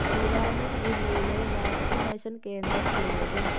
ഭിവാനി ജില്ലയിലെ വാക്സിനേഷൻ കേന്ദ്രം തിരയുക